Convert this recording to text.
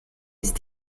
ist